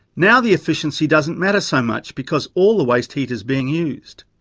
now the efficiency doesn't matter so much, because all the waste heat is being used.